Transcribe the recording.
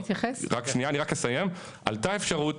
עלתה אפשרות,